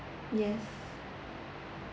yes